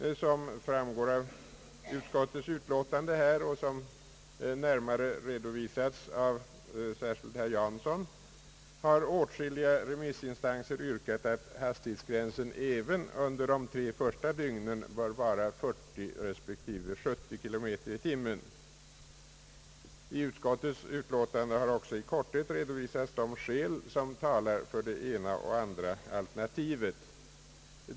Såsom framgår av utskottsutlåtandet och som närmare har redovisats av särskilt herr Jansson har åtskilliga remissinstanser yrkat på att hastighetsgränserna även under de tre första dygnen bör vara 40 respektive 70 kilometer i timmen. I utskottsutlåtandet har i korthet redovisats de skäl som talar för det och eller det andra alternativet.